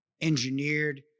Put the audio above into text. engineered